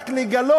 רק כדי לגלות